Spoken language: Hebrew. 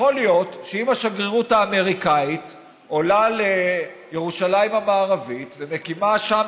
יכול להיות שאם השגרירות האמריקנית עולה לירושלים המערבית ומקימה שם,